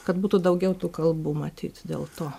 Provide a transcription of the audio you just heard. kad būtų daugiau tų kalbų matyt dėl to